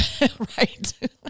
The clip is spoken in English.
Right